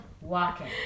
Walking